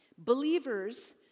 Believers